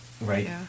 right